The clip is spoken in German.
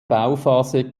bauphase